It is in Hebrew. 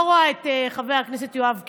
אני לא רואה את חבר הכנסת יואב קיש.